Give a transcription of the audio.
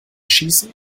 schießen